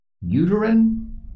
uterine